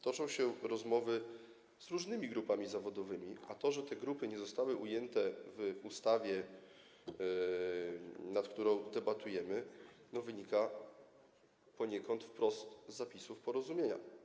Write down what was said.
Toczą się rozmowy z różnymi grupami zawodowymi, a to, że te grupy nie zostały ujęte w ustawie, nad którą debatujemy, wynika wprost z zapisów porozumienia.